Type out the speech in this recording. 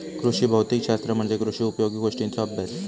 कृषी भौतिक शास्त्र म्हणजे कृषी उपयोगी गोष्टींचों अभ्यास